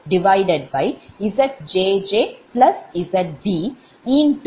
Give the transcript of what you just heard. இது சமன்பாடு 25